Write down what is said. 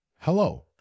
Hello